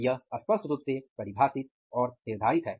यह स्पष्ट रूप से परिभाषित और निर्धारित है